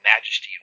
majesty